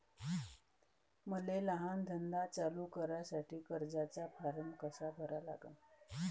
मले लहान धंदा चालू करासाठी कर्जाचा फारम कसा भरा लागन?